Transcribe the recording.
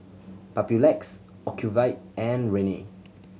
Papulex Ocuvite and Rene